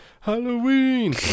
Halloween